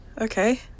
Okay